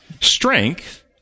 Strength